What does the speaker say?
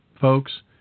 folks